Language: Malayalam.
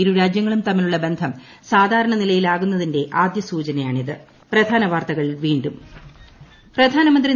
ഇരുരാജൃങ്ങളും തമ്മിലുള്ള ബന്ധം സാധാരണ നിലയിലാകുന്നതിന്റെ ആദ്യ സൂചനയാണിത്